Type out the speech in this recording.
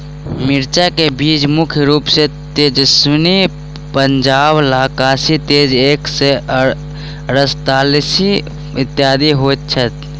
मिर्चा केँ बीज मुख्य रूप सँ तेजस्वनी, पंजाब लाल, काशी तेज एक सै अड़तालीस, इत्यादि होए छैथ?